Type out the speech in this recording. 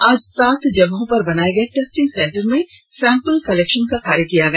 आज सात जगहों पर बनाये गए टेस्टिंग सेंटर में सैंपल कलेक्शन का कार्य किया गया